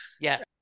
Yes